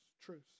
truths